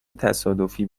تصادفی